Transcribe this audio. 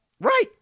right